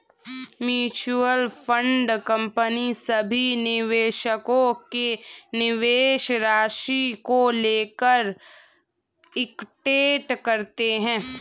mutual fund company सभी निवेशकों के निवेश राशि को लेकर इकट्ठे करती है